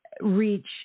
reach